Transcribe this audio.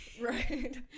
Right